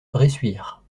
bressuire